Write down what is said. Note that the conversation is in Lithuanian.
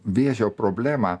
vėžio problemą